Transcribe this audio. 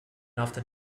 often